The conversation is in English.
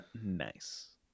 Nice